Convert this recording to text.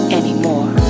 anymore